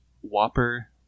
Whopper